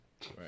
Right